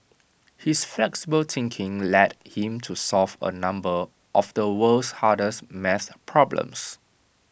his flexible thinking led him to solve A number of the world's hardest maths problems